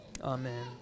Amen